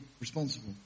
responsible